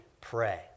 pray